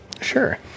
Sure